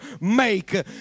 make